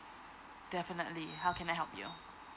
definitely how can I help you